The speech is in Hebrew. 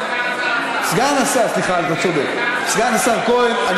סגן השר כהן, סליחה.